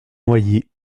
noyers